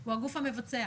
הוא הגוף המבצע,